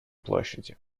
площади